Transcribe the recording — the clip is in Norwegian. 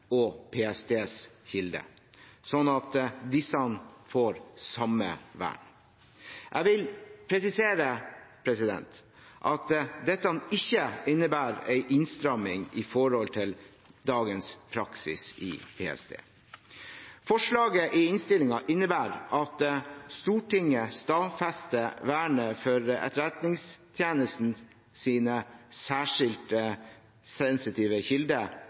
og PSTs kilder, sånn at disse får samme vern. Jeg vil presisere at dette ikke innebærer en innstramming i forhold til dagens praksis i PST. Forslaget i innstillingen innebærer at Stortinget stadfester vernet for Etterretningstjenestens særskilt sensitive kilder,